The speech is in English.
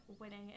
winning